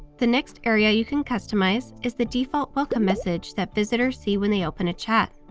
the next area you can customize is the default welcome message that visitors see when they open a chat.